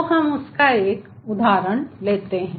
तो हम उसका एक उदाहरण लेते हैं